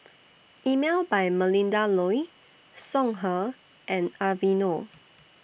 Emel By Melinda Looi Songhe and Aveeno